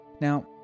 Now